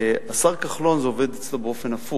אצל השר כחלון זה עובד הפוך.